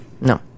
no